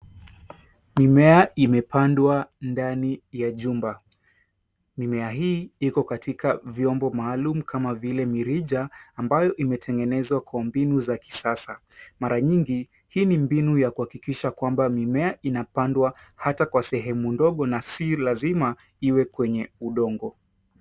Mimea imepandwa ndani ya jumba. Mimea hii iko katika vyombo maaluma kama vile mirija ambayo imetengenezwa kwa mbinu za kisasa. Mara nyingi hii ni mbinu ya kuhakikisha ya kwamba mimea inapandwa hata kwa sehemu ndogo na si lazima iwe kwenye udongo.